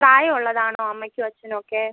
പ്രായം ഉള്ളതാണോ അമ്മയ്ക്കും അച്ഛനും ഒക്കെ